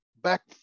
back